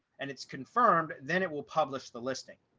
and it's confirmed, then it will publish the listing.